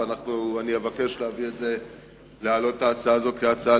ואני מבקש להעלות את ההצעה הזאת כהצעה